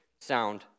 sound